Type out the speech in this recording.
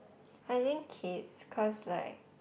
I think kids because like